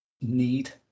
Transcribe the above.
need